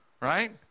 right